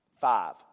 Five